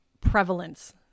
prevalence